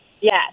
Yes